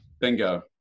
Bingo